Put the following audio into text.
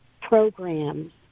programs